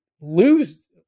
lose